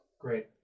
great